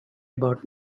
about